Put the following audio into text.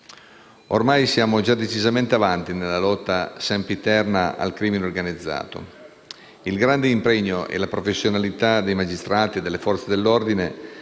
Ormai siamo già decisamente avanti nella lotta sempiterna al crimine organizzato. Il grande impegno e la professionalità dei magistrati e delle Forze dell'ordine